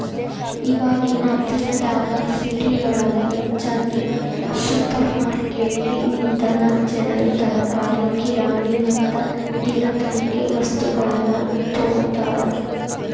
ಇವಾಗಿನ ದಿನದಾಗ ಸಿಟಿಯೊಳಗ ಹೆಚ್ಚಾಗಿ ಸುಪರ್ರ್ಮಾರ್ಕೆಟಿನಿಂದನಾ ಜನರು ತರಕಾರಿ, ಕಿರಾಣಿ ಮತ್ತ ದಿನಬಳಿಕೆ ವಸ್ತುಗಳನ್ನ ತೊಗೋತಾರ